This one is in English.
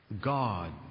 God